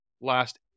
last